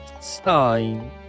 Stein